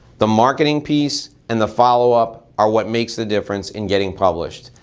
the marketing piece and the follow-up are what makes the difference in getting published.